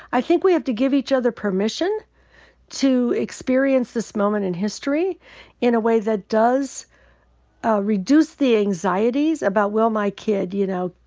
i think we have to give each other permission to experience this moment in history in a way that does ah reduce the anxieties about, will my kid, you know,